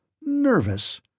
Nervous